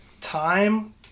Time